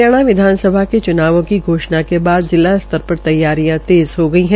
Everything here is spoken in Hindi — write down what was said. हरियाणा विधानसभा के चुनाव की घोषणा के बाद जिला स्तर पर तैयारियां तेज़ हो गई है